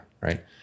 right